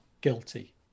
guilty